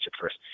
first